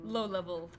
Low-level